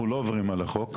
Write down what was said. אנחנו לא עוברים על החוק.